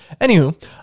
Anywho